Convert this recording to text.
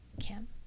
Kim